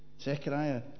Zechariah